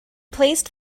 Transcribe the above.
placed